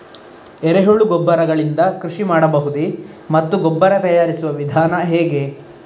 ಎರೆಹುಳು ಗೊಬ್ಬರ ಗಳಿಂದ ಕೃಷಿ ಮಾಡಬಹುದೇ ಮತ್ತು ಗೊಬ್ಬರ ತಯಾರಿಸುವ ವಿಧಾನ ಹೇಗೆ?